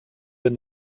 when